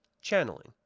Channeling